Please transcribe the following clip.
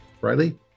Riley